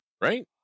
right